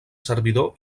servidor